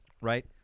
right